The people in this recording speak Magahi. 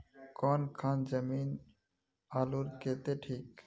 कौन खान जमीन आलूर केते ठिक?